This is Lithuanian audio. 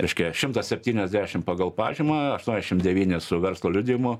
reiškia šimtas septyniasdešim pagal pažymą aštuoniašim devyni su verslo liudijimu